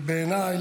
ובעיניי,